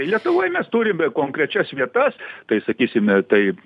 lietuvoj mes turime konkrečias vietas tai sakysime tai